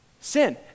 sin